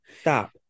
Stop